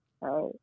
right